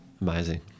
Amazing